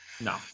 No